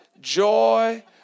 joy